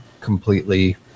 completely